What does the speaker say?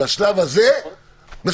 לשלב הזה מספק.